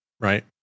Right